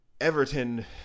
Everton